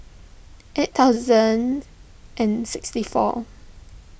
eight thousand and sixty four